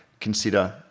consider